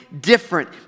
different